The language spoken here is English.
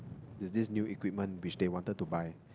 it's this new equipment which they wanted to buy